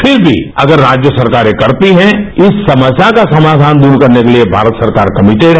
फिर भी अगर राज्य सरकारें करती हैं इस समस्या का समाधान दूर करने के लिए भारत सरकार कमेटिड है